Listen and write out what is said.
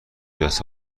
بدست